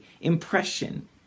impression